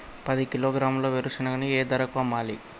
పది కిలోగ్రాముల వేరుశనగని ఏ ధరకు అమ్మాలి?